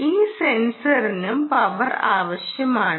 ഈ സെൻസറിനും പവർ ആവശ്യമാണ്